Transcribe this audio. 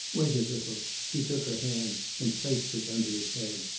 wait a little he took her hand, and placed it under his head.